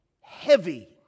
heavy